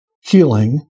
healing